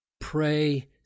Pray